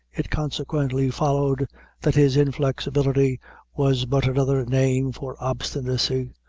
it consequently followed that his inflexibility was but another name for obstinacy,